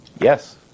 Yes